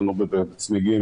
בצמיגים,